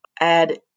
add